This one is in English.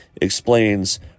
explains